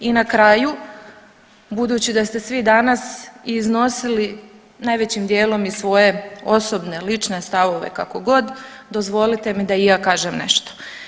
I na kraju, budući da ste svi danas iznosili najvećim dijelom i svoje osobne, lične stavove kako god dozvolite mi da i ja kažem nešto.